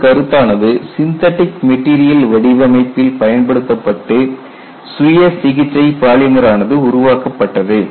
இந்த கருத்தானது synthetic material வடிவமைப்பில் பயன்படுத்தப்பட்டு சுய சிகிச்சை பாலிமர் ஆனது உருவாக்கப்பட்டது